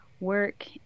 Work